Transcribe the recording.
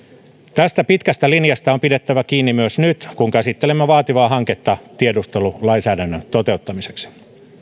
tästä pitkästä linjasta on pidettävä kiinni myös nyt kun käsittelemme vaativaa hanketta tiedustelulainsäädännön toteuttamiseksi